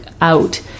out